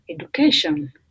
education